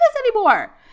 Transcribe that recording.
anymore